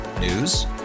News